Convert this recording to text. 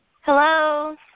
Hello